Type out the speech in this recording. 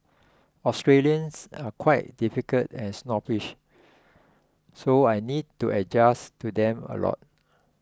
Australians are quite difficult and snobbish so I need to adjust to them a lot